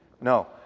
No